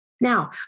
Now